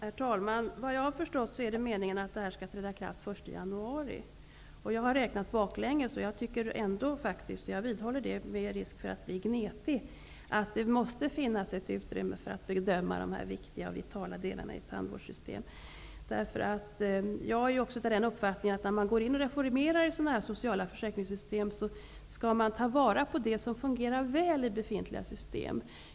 Herr talman! Efter vad jag har förstått är det meningen att det nya systemet skall träda i kraft den 1 januari. Jag har sedan räknat baklänges. Med risk för att bli gnetig måste jag vidhålla att det måste finnas ett utrymme för att bedöma dessa viktiga och vitala delar i tandvårdssystemet. Går man in och reformerar i sådana här sociala försäkringssystem, skall man ta vara på det som fungerar väl i befintliga system.